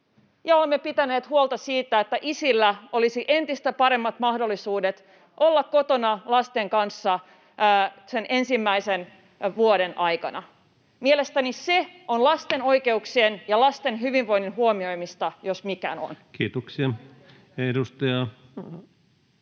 olemme pitäneet huolta siitä, että isillä olisi entistä paremmat mahdollisuudet olla kotona lasten kanssa sen ensimmäisen vuoden aikana. Mielestäni se on lasten oikeuksien ja lasten hyvinvoinnin huomioimista, jos mikään on. [Speech 80]